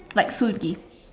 like Suzy